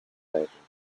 banking